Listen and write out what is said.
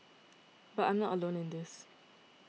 but I'm not alone in this